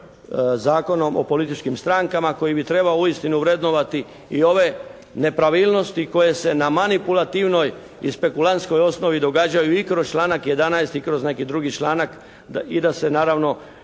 Zakonom o političkim strankama koji bi trebao uistinu vrednovati i ove nepravilnosti koje se na manipulativnoj i spekulantskoj osnovi događaju i kroz članak 11. i kroz neki drugi članak i da se naravno